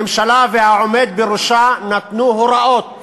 הממשלה והעומד בראשה נתנו הוראות